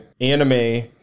anime